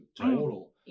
total